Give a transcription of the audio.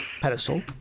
pedestal